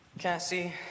Cassie